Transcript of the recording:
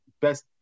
Best